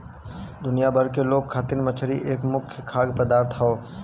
दुनिया भर के लोग खातिर मछरी एक मुख्य खाद्य पदार्थ हौ